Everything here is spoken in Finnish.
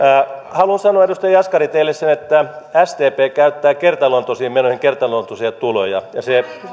haluan sanoa edustaja jaskari teille sen että sdp käyttää kertaluontoisiin menoihin kertaluontoisia tuloja